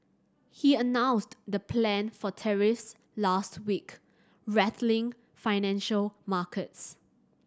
he announced the plan for tariffs last week rattling financial markets